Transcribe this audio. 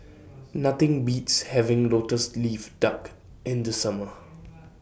Nothing Beats having Lotus Leaf Duck in The Summer